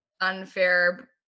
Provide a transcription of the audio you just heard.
unfair